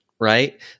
Right